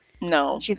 No